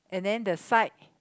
and then the side